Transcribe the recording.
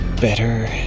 Better